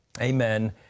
Amen